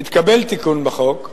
התקבל תיקון בחוק,